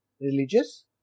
religious